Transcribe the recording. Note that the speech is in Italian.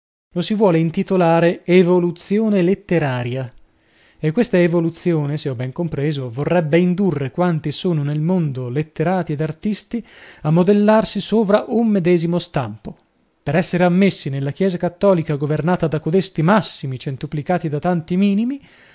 lo si vuol intitolare evoluzione letteraria e questa evoluzione se ho ben compreso vorrebbe indurre quanti sono nel mondo letterati ed artisti a modellarsi sovra un medesimo stampo per essere ammessi nella chiesa cattolica governata da codesti massimi centuplicati da tanti minimi